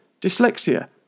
dyslexia